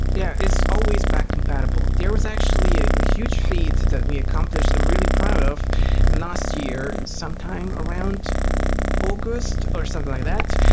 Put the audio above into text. yeah. it's always back compatible. there was actually a huge feat that we accomplished and really proud last year, sometime around august or something like that,